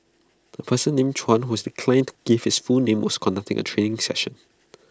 A person named Chuan whose declined to give his full name was conducting A training session